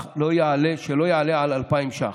שלא יעלו על 2,000 ש"ח.